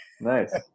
Nice